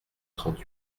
trente